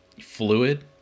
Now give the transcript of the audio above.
fluid